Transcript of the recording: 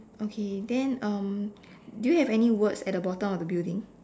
okay then um do you have any words at the bottom of the of the building